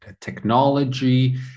technology